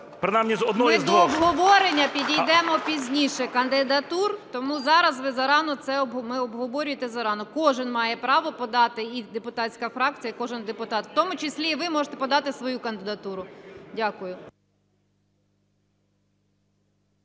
Ми до обговорення підійдемо пізніше, кандидатур. Тому зараз ви зарано це... ви обговорюєте зарано. Кожен має право подати і депутатська фракція, і кожен депутат, в тому числі і ви можете подати свою кандидатуру. Дякую.